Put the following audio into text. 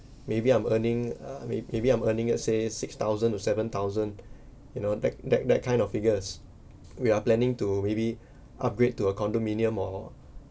maybe I'm earning uh may~ maybe I'm earning at say six thousand to seven thousand you know that that that kind of figures we are planning to maybe upgrade to a condominium or